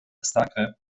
zagreb